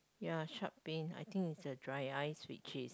ya sharp pain I think is the dry ice which is